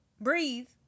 Breathe